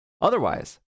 otherwise